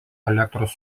elektros